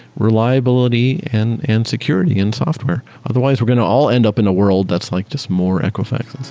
reliability and and security in software. otherwise, we're going to all end up in a world that's like just more equifax